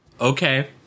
Okay